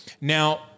Now